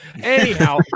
anyhow